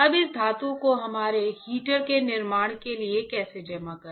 अब इस धातु को हमारे हीटर के निर्माण के लिए कैसे जमा करें